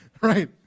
right